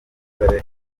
musore